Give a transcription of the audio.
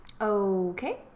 okay